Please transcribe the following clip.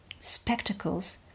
spectacles